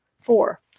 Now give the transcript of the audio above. Four